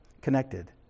connected